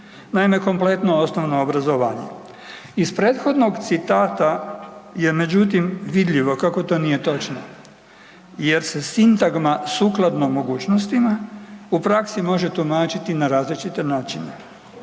naime kompletno osnovno obrazovanje. Iz prethodnog citata je međutim vidljivo kako to nije točno jer se sintagma sukladno mogućnostima u praksi može tumačiti na različite načine,